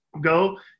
go